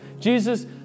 Jesus